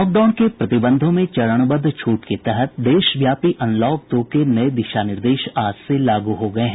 lockdown के प्रतिबंधों में चरणबद्ध छूट के तहत देशव्यापी अनलॉक दो के नए दिशा निर्देश आज से लागू हो गए हैं